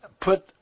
put